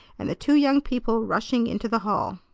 and the two young people rushing into the hall.